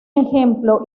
ejemplo